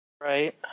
Right